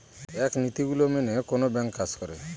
এক নীতি গুলো মেনে কোনো ব্যাঙ্ক কাজ করে